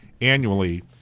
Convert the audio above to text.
annually